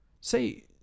Say